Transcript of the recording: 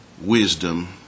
wisdom